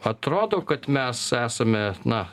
atrodo kad mes esame na